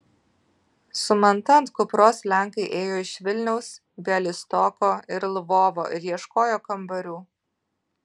su manta ant kupros lenkai ėjo iš vilniaus bialystoko ir lvovo ir ieškojo kambarių